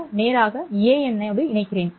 நான் நேராக இணைக்கிறேன்